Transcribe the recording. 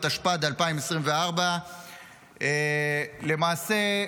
התשפ"ד 2024. למעשה,